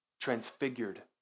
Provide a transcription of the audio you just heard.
transfigured